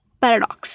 Paradox